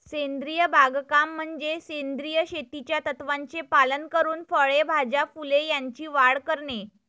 सेंद्रिय बागकाम म्हणजे सेंद्रिय शेतीच्या तत्त्वांचे पालन करून फळे, भाज्या, फुले यांची वाढ करणे